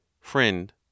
Friend